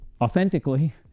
authentically